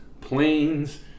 planes